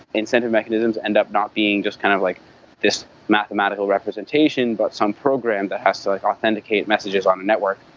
incentive mechanisms end up not being just kind of like this mathematical representation, but some program that has to like authenticate messages on the network